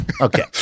Okay